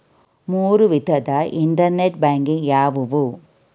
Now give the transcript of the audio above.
ಮೂರು ವಿಧದ internet banking ಯಾವುವು?